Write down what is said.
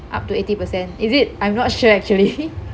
up to eighty percent is it I'm not sure actually